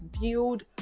build